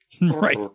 right